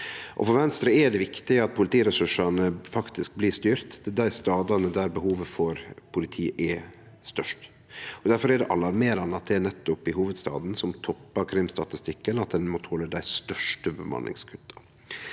For Venstre er det viktig at politiressursane faktisk blir styrte til dei stadane der behovet for politi er størst. Difor er det alarmerande at det er nettopp i hovudstaden, som toppar krimstatistikken, at ein må tole dei største bemanningskutta.